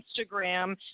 Instagram